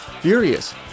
Furious